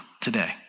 today